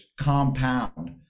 compound